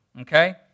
Okay